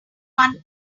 one